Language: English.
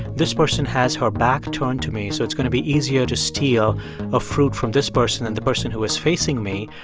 this person has her back turned to me, so it's going to be easier to steal a fruit from this person than the person who is facing me.